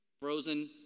Frozen